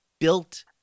built